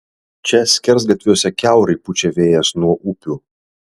čia skersgatviuose kiaurai pučia vėjas nuo upių